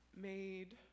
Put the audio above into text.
made